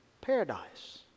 paradise